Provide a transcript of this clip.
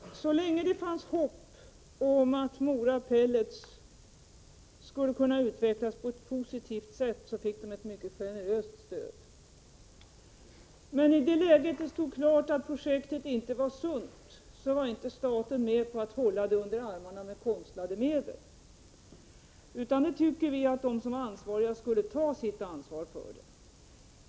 Fru talman! Så länge det fanns hopp om att Mora Pellets skulle kunna utvecklas på ett positivt sätt fick företaget ett mycket generöst stöd. Men då det stod klart att projektet inte var sunt gick inte staten med på att hålla det under armarna med konstlade medel. Vi tycker att de som var ansvariga skulle ta sitt ansvar.